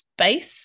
space